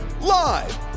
Live